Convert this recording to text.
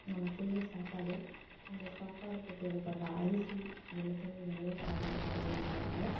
நம்ம செய்கிற சாப்பாடு அந்த சாப்பாடுக்கு தேவைப்படுகிற அரிசி எல்லாத்தையும் இவங்களே காடுகளில் அறுவடை செய்கிறாங்க